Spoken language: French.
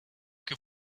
que